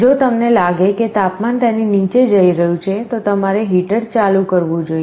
જો તમને લાગે કે તાપમાન તેની નીચે જઈ રહ્યું છે તો તમારે હીટર ચાલુ કરવું જોઈએ